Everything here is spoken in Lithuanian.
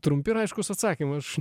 trumpi ir aiškūs atsakymai aš